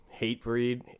Hatebreed